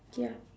ya